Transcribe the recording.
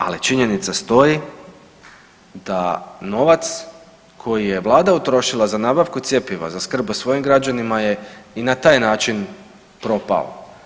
Ali činjenica stoji da novac koji je Vlada utrošila za nabavku cjepiva za skrb o svojim građanima je i na taj način propao.